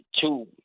two